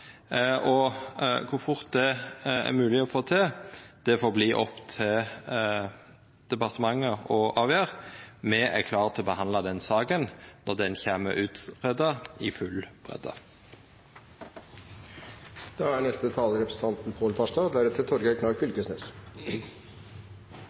Kor fort det er mogleg å få til, får verta opp til departementet å avgjera. Me er klare til å behandla denne saka når ho kjem utgreidd i